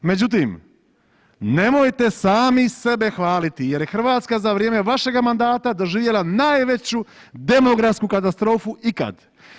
Međutim, nemojte sami sebe hvaliti jer je Hrvatska za vrijeme vašega mandata doživjela najveću demografsku katastrofu ikad.